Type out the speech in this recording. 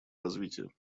развития